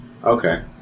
Okay